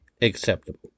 acceptable